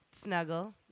snuggle